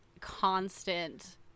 constant